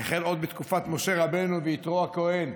החל עוד בתקופת משה רבנו ויתרו הכוהן,